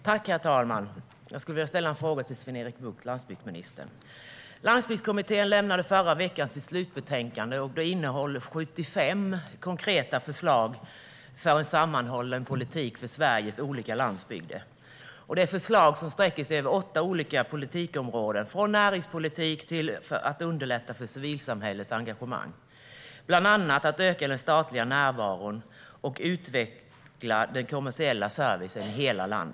Herr talman! Jag skulle vilja ställa en fråga till landsbygdsminister Sven-Erik Bucht. Landsbygdskommittén lämnade i förra veckan sitt slutbetänkande. Det innehåller 75 konkreta förslag för en sammanhållen politik för Sveriges olika landsbygdsområden. Det är förslag som sträcker sig över åtta olika politikområden, från näringspolitik till att underlätta civilsamhällets engagemang, bland annat att öka den statliga närvaron och utveckla den kommersiella servicen i hela landet.